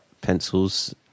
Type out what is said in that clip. pencils